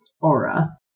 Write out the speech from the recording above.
aura